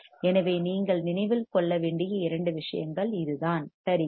எனவே நீங்கள் நினைவில் கொள்ள வேண்டிய இரண்டு விஷயங்கள் இதுதான் சரியா